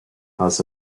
has